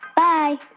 bye